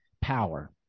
power